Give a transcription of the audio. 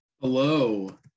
Hello